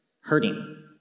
hurting